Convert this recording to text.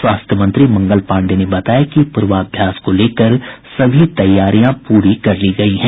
स्वास्थ्य मंत्री मंगल पाण्डेय ने बताया कि पूर्वाभ्यास को लेकर सभी तैयारियां पूरी कर ली गई हैं